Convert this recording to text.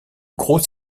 gros